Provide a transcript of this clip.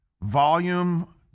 volume